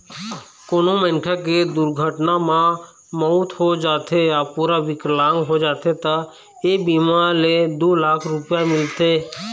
कोनो मनखे के दुरघटना म मउत हो जाथे य पूरा बिकलांग हो जाथे त ए बीमा ले दू लाख रूपिया मिलथे